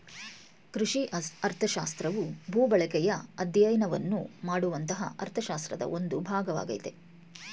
ಕೃಷಿ ಅರ್ಥಶಾಸ್ತ್ರವು ಭೂಬಳಕೆಯ ಅಧ್ಯಯನವನ್ನು ಮಾಡುವಂತಹ ಅರ್ಥಶಾಸ್ತ್ರದ ಒಂದು ಭಾಗವಾಗಯ್ತೆ